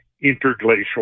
interglacial